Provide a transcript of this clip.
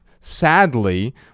Sadly